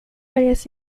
varias